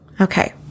Okay